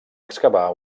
excavar